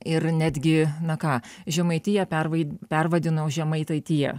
ir netgi na ką žemaitiją pervai pervadinau žemaitaitija